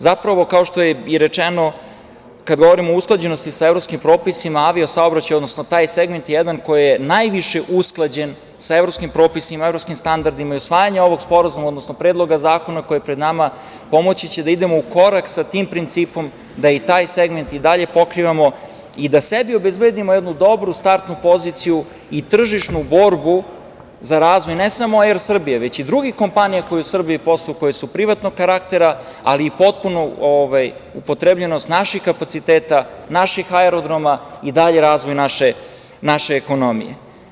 Zapravo, kao što je i rečeno, kad govorimo o usklađenosti sa evropskim propisima, avio-saobraćaj, odnosno taj segment, je jedan koji je najviše usklađen sa evropskim propisima, evropskim standardima i usvajanje ovog sporazuma, odnosno Predloga zakona koji je pred nama, pomoći će da idemo ukorak sa tim principom, da i taj segment i dalje pokrivamo i da sebi obezbedimo jednu dobru startnu poziciju i tržišnu borbu za razvoj ne samo „Er Srbije“ već i drugih kompanija koje u Srbiji posluju a koje su privatnog karaktera, ali i potpunu upotrebljenost naših kapaciteta, naših aerodroma i dalji razvoj naše ekonomije.